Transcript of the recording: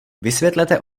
vysvětlete